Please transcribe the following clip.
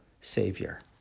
savior